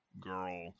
girl